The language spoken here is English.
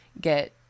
get